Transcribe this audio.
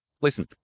listen